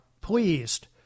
pleased